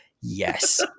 yes